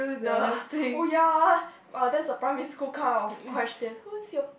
the oh ya ah uh that's a primary school kind of question who's your